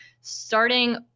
starting